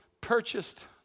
purchased